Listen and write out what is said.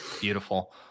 Beautiful